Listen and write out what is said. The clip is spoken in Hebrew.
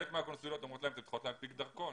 חלק מהקונסוליות אומרות להם שהם צריכים להנפיק דרכון,